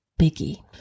biggie